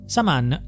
Saman